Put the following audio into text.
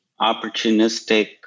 opportunistic